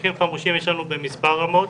מאבטחים חמושים יש לנו במספר רמות,